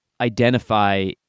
identify